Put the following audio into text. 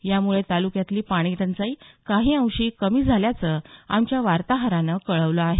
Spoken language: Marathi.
यामुळे तालुक्यातली पाणीटंचाई काही अंशी कमी झाल्याचं आमच्या वार्ताहरानं कळवलं आहे